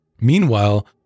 Meanwhile